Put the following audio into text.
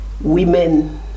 women